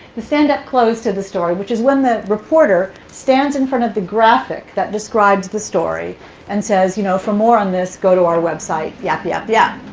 the stand-up close to the story, which is when the reporter stands in front of the graphic that describes the story and says, you know for more on this, go to our website. yap, yap, yeah